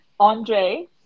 Andre